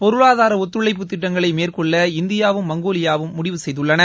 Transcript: பொருளாதார ஒத்துழைப்பு திட்டங்களை மேற்கொள்ள இந்தியாவும் மங்கோலியாவும் முடிவு செய்துள்ளன